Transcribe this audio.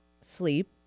sleep